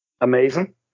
amazing